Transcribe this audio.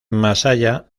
masaya